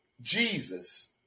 Jesus